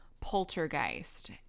Poltergeist